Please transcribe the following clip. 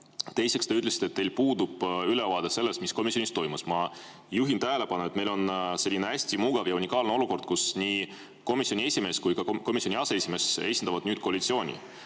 teiseks, te ütlesite, et teil puudub ülevaade sellest, mis komisjonis toimus. Ma juhin tähelepanu: meil on selline hästi mugav ja unikaalne olukord, kus nii komisjoni esimees kui ka komisjoni aseesimees esindavad koalitsiooni.